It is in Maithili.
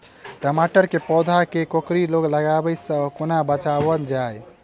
टमाटर केँ पौधा केँ कोकरी रोग लागै सऽ कोना बचाएल जाएँ?